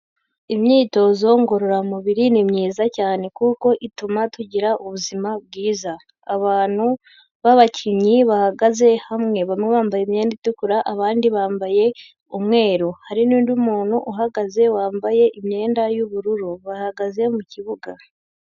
Imyitozo ngororamubiri ni myiza cyane kuko ituma tugira ubuzima bwiza, abantu b'abakinnyi bahagaze hamwe, bamwe bambaye imyenda itukura abandi bambaye umweru, hari n'undi muntu uhagaze wambaye imyenda y'ubururu, bahagaze mu kibuga.